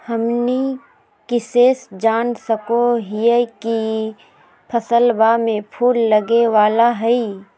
हमनी कइसे जान सको हीयइ की फसलबा में फूल लगे वाला हइ?